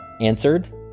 answered